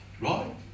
Right